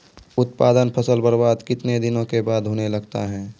उत्पादन फसल बबार्द कितने दिनों के बाद होने लगता हैं?